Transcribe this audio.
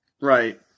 Right